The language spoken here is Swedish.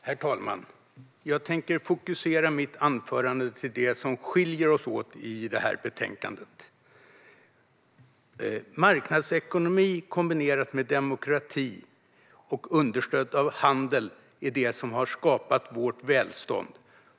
Herr talman! Jag tänker i mitt anförande fokusera på det som skiljer oss åt i detta betänkande. Marknadsekonomi kombinerat med demokrati och understöd av handel är det som har skapat vårt välstånd.